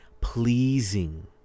pleasing